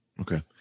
okay